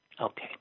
Okay